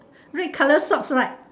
red colour socks right